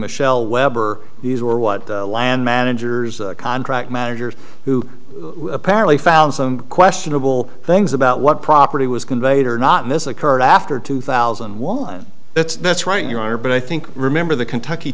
michelle weber these are what land managers contract managers who apparently found some questionable things about what property was conveyed or not mis occurred after two thousand while and that's that's right you are but i think remember the kentucky